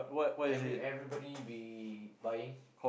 every everybody be buying